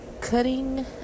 Cutting